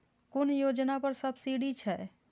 कुन योजना पर सब्सिडी छै?